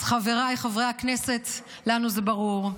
אז, חבריי חברי הכנסת, לנו זה ברור.